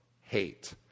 hate